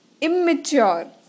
immature